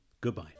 goodbye